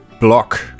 block